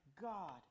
God